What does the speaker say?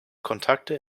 kontakte